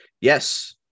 Yes